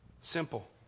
Simple